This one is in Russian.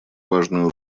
важную